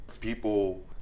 people